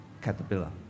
caterpillar